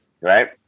Right